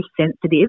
sensitive